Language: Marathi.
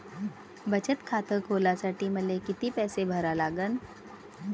बचत खात खोलासाठी मले किती पैसे भरा लागन?